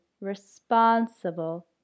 Responsible